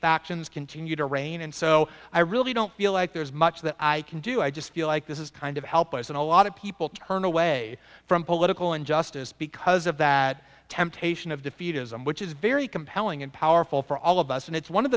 factions continue to rain and so i really don't feel like there's much that i can do i just feel like this is kind of helpless and a lot of people turn away from political injustice because of that temptation of defeatism which is very compelling and powerful for all of us and it's one of